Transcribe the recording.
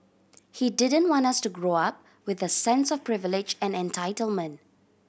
he didn't want us to grow up with a sense of privilege and entitlement